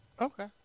Okay